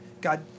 God